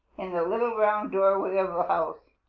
in the little round doorway of her house.